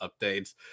updates